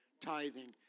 Tithing